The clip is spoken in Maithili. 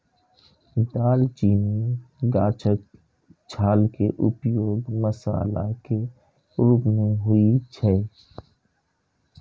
दालचीनी गाछक छाल के उपयोग मसाला के रूप मे होइ छै